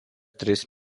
tris